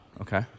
okay